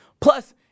Plus